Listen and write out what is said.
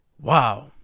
wow